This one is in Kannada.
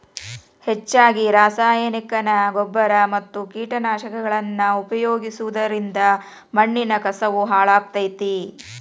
ಹೆಚ್ಚಗಿ ರಾಸಾಯನಿಕನ ಗೊಬ್ಬರ ಮತ್ತ ಕೇಟನಾಶಕಗಳನ್ನ ಉಪಯೋಗಿಸೋದರಿಂದ ಮಣ್ಣಿನ ಕಸವು ಹಾಳಾಗ್ತೇತಿ